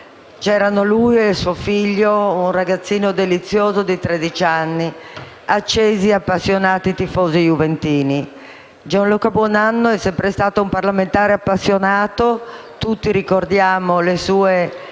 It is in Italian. incontrato lui e suo figlio, un ragazzino delizioso di tredici anni; entrambi accesi e appassionati tifosi juventini. Gianluca Buonanno è sempre stato un parlamentare appassionato: tutti ricordiamo le sue